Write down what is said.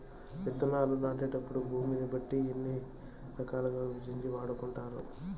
విత్తనాలు నాటేటప్పుడు భూమిని బట్టి ఎన్ని రకాలుగా విభజించి వాడుకుంటారు?